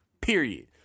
Period